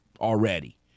already